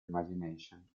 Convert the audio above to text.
imagination